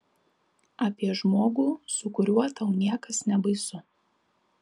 apie žmogų su kuriuo tau niekas nebaisu